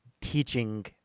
teaching